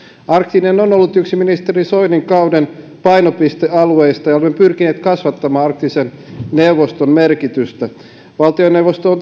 arktinen on ollut yksi ministeri soinin kauden painopistealueista ja olemme pyrkineet kasvattamaan arktisen neuvoston merkitystä valtioneuvosto on